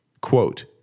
Quote